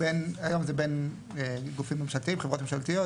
בין אם זה בין גופים ממשלתיים, חברות ממשלתיות